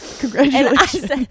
Congratulations